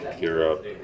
Europe